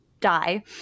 die